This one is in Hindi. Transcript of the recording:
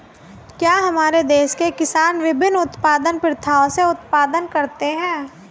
क्या हमारे देश के किसान विभिन्न उत्पादन प्रथाओ से उत्पादन करते हैं?